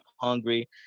hungry